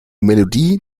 melodie